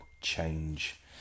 change